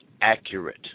accurate